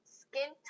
skin